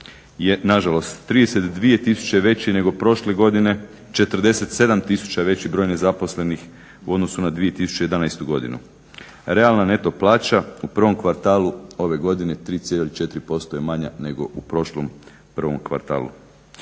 je nažalost 32000 veći nego prošle godine, 47000 veći broj nezaposlenih u odnosu na 2011. godinu. Realna neto plaća u prvom kvartalu ove godine 3,4% je manja nego u prošlom prvom kvartalu.